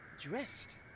dressed